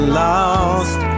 lost